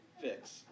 fix